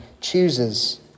chooses